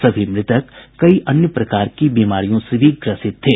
सभी मृतक कई अन्य प्रकार की बीमारियों से भी ग्रसित थे